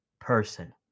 person